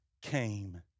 came